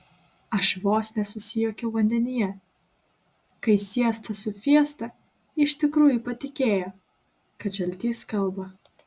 aš vos nesusijuokiau vandenyje kai siesta su fiesta iš tikrųjų patikėjo kad žaltys kalba